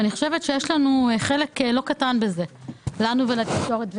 אני חושבת שיש לנו חלק לא קטן בזה, לנו ולתקשורת.